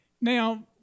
Now